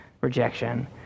rejection